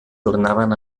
tornaven